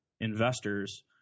investors